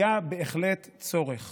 היה בהחלט צורך